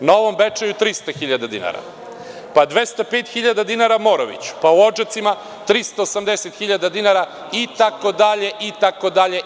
Novom Bečeju 300 hiljada dinara, pa 205 hiljada dinara Moroviću, pa u Odžacima 380 hiljada dinara itd.